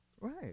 Right